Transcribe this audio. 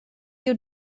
you